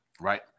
right